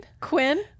Quinn